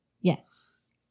Yes